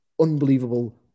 unbelievable